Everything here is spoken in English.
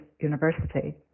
university